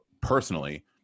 personally